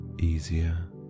easier